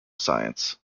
science